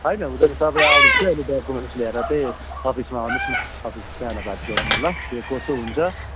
होइन हुँदैन तपाईँ आउनुहोस् अनि डोक्युमेन्ट्स लिएर चाहिँ अफिसमा आउनुहोस् न अफिस त्यहाँबाट बात गरौँ न ल के कसो हुन्छ